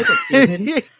season